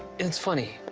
it's funny.